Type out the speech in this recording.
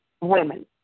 women